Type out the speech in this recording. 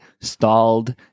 stalled